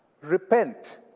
Repent